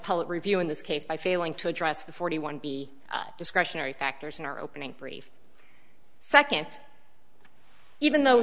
e review in this case by failing to address the forty one b discretionary factors in our opening brief second even though